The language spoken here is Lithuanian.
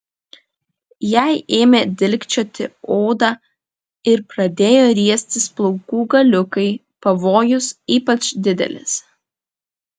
jei ėmė dilgčioti odą ir pradėjo riestis plaukų galiukai pavojus ypač didelis